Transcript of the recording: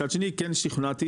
מצד שני כן שוכנעתי,